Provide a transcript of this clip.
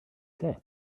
say